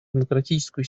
демократическую